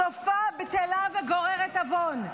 סופה בטלה וגוררת עוון".